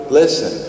listen